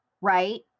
right